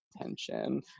tension